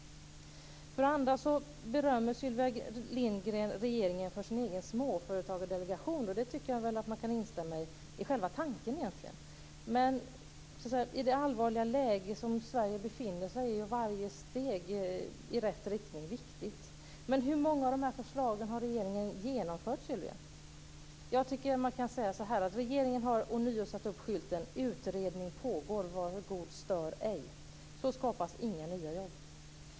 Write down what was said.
För det andra berömmer Sylvia Lindgren regeringen för sin egen småföretagardelegation. Där kan man instämma i själva tanken. Men i det allvarliga läge som Sverige befinner sig i är varje steg i rätt riktning viktigt. Hur många av förslagen har regeringen genomfört? Jag tycker att man kan säga så här. Regeringen har ånyo satt upp skylten: "Utredning pågår. Var god stör ej". Så skapas inga nya jobb.